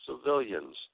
civilians